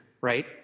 right